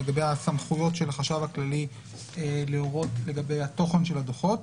לגבי הסמכויות של החשב הכללי להורות לגבי התוכן של הדוחות.